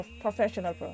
professional